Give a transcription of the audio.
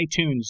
iTunes